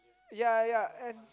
ya ya and